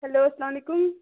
hello اسلامُ علیکُم